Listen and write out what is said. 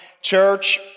Church